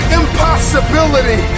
impossibility